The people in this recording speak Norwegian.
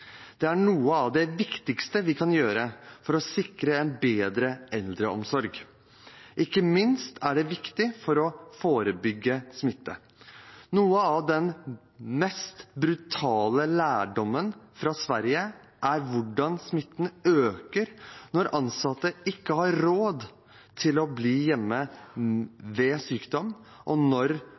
Det er noe av det viktigste vi kan gjøre for å sikre en bedre eldreomsorg. Ikke minst er det viktig for å forebygge smitte. Noe av den mest brutale lærdommen fra Sverige er hvordan smitten øker når ansatte ikke har råd til å bli hjemme ved sykdom, og når